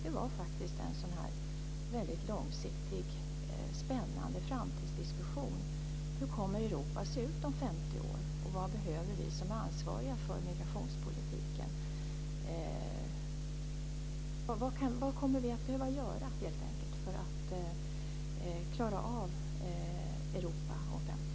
Det var en väldigt långsiktig och spännande framtidsdiskussion om hur Europa kommer att se ut om 50 år och om vad vi som ansvariga för migrationspolitiken kommer att behöva göra för att klara av Europa om 50 år.